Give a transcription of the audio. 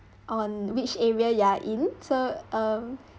on which area you are in so um